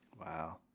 Wow